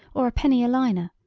or a penny-a-liner,